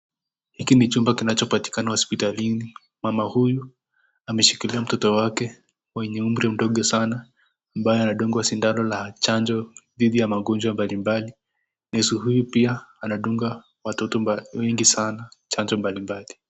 Hiki ni kichumba kinacho patikana hosiptalini, mama huyu ameshikilia mtoto wake mwenye umri mdogo sana ambaye anadungwa sindano la chanjo dhidi ya magonjwa mbalimbali, nesi huyu pia anadunga watoto wengi sana chanjo mbalimbali.